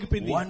One